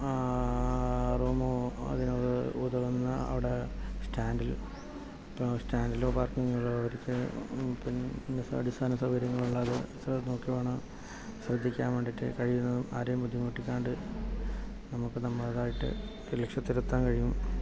room അതിന് ഉതകുന്ന അവിടെ സ്റ്റാൻഡിൽ സ്റ്റാൻഡിലോ പാർക്കിങ്ങിലോ ഒക്കെ പിന്നെ അടിസ്ഥാന സൗകര്യങ്ങളുള്ള റൂംസ് നോക്കി വേണം ശ്രദ്ധിക്കാൻ വേണ്ടിയിട്ട് കഴിയുന്നതും ആരെയും ബുദ്ധിമുട്ടിക്കാണ്ട് നമുക്ക് നമ്മുടേതായിട്ട് ലക്ഷ്യത്തിലെത്താൻ കഴിയും